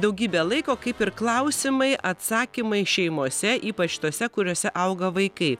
daugybę laiko kaip ir klausimai atsakymai šeimose ypač tose kuriose auga vaikai